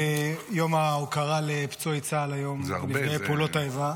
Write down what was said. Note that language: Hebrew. היום יום ההוקרה לפצועי צה"ל ונפגעי פעולות האיבה.